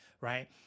right